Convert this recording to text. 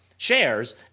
shares